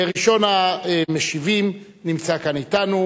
וראשון המשיבים נמצא כאן אתנו,